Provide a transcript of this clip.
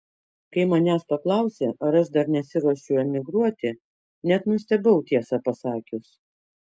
kai manęs paklausė ar aš dar nesiruošiu emigruoti net nustebau tiesą pasakius